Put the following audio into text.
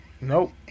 Nope